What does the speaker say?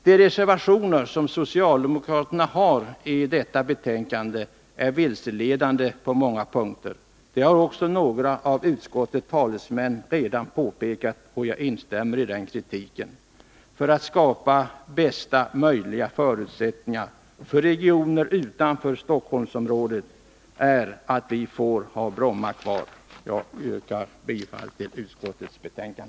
De reservationer som socialdemokraterna har fogat vid betänkandet är vilseledande på många punkter. Detta har redan påpekats av några av utskottets talesmän, och jag instämmer i den kritiken. Ett villkor för att vi skall kunna skapa bästa möjliga förutsättningar för regioner utanför Stockholmsområdet är att vi får ha Bromma kvar. Jag yrkar bifall till utskottets hemställan.